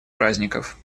праздников